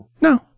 No